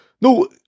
No